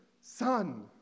son